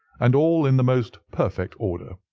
and all in the most perfect order.